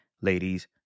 Ladies